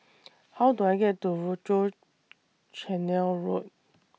How Do I get to Rochor Canal Road